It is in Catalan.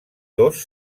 dos